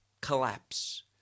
collapse